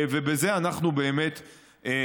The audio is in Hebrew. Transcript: ובזה אנחנו מתמקדים.